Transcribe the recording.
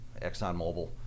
ExxonMobil